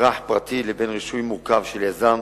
אזרח פרטי לבין רישוי מורכב של יזם.